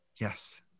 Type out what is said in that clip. Yes